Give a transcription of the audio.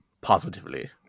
positively